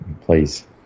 please